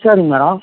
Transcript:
சரிங்க மேடம்